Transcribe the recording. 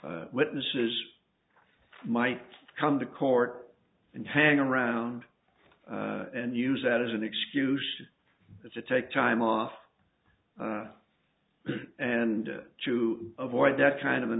witnesses might come to court and hang around and use that as an excuse to take time off and to avoid that kind of an